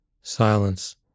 silence